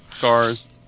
cars